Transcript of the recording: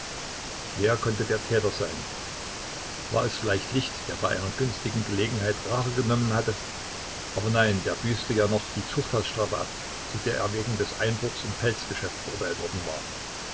wer konnte der täter sein war es vielleicht licht der bei einer günstigen gelegenheit rache genommen hatte aber nein der büßte ja noch die zuchthausstrafe ab zu der er wegen des einbruchs im pelzgeschäft verurteilt worden war